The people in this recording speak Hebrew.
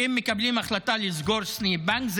שאם מקבלים החלטה לסגור סניף בנק,